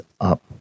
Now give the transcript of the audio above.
up